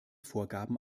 vorgaben